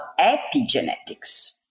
epigenetics